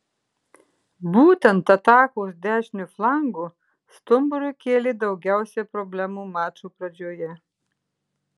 būtent atakos dešiniu flangu stumbrui kėlė daugiausiai problemų mačo pradžioje